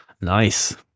Nice